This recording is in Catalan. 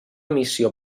missió